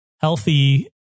healthy